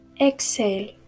Exhale